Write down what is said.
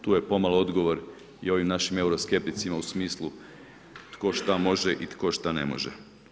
Tu je pomalo odgovor i ovim našim euroskepticima u smislu tko šta može i tko šta ne može.